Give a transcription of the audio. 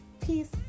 Peace